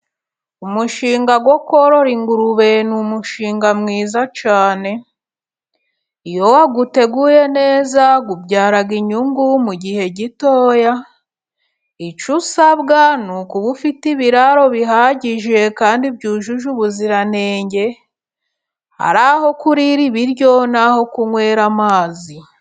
Umushinga wo korora ingurube ni umushinga mwiza cyane, iyo wawuteguye neza ubyara inyungu mu gihe gitoya. Icyo usabwa ni ukuba ufite ibiraro bihagije kandi byujuje ubuziranenge ari aho kurira ibiryo n'aho kunywera amazi.